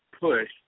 push